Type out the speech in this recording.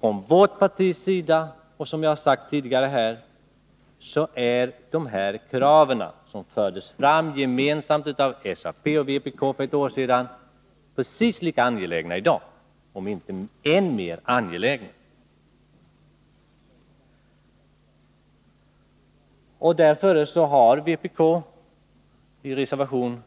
Från vårt partis sida är kraven precis lika angelägna, om inte än mer angelägna, i dag. Därför har vpk i reservation